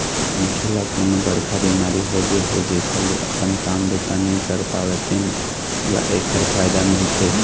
मनखे ल कोनो बड़का बिमारी होगे हे जेखर ले अपन काम बूता नइ कर पावय तेन ल एखर फायदा मिलथे